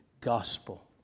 gospel